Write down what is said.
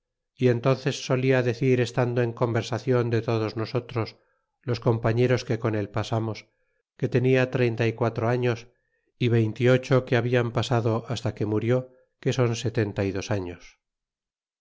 y entónces solia decir estando en conversacion de todos nosotros los compañeros que con el pasamos que habia treinta y quatro afros y veinte y ocho que habian pasado hasta que murió que son sesenta y dos años